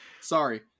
Sorry